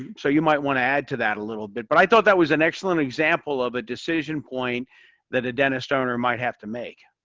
um so you might want to add to that a little bit. but i thought that was an excellent example of a decision point that a dentist owner might have to make.